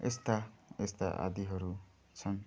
यस्ता यस्ता आदिहरू छन्